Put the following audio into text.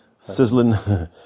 Sizzling